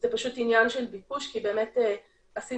זה פשוט עניין של ביקוש כי באמת עשינו